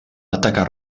atacar